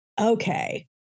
Okay